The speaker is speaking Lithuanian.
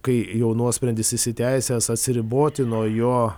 kai jau nuosprendis įsiteisėjęs atsiriboti nuo jo